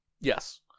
yes